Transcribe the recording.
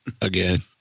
Again